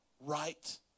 right